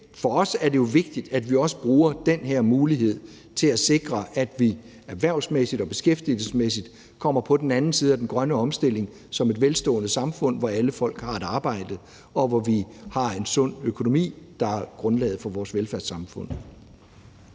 for os er det jo vigtigt, at vi også bruger den her mulighed til at sikre, at vi erhvervsmæssigt og beskæftigelsesmæssigt kommer på den anden side af den grønne omstilling som et velstående samfund, hvor alle folk har et arbejde, og hvor vi har en sund økonomi, der er grundlaget for vores velfærdssamfund.